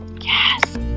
yes